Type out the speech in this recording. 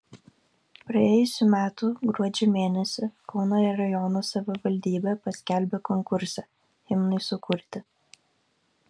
praėjusių metų gruodžio mėnesį kauno rajono savivaldybė paskelbė konkursą himnui sukurti